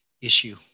issue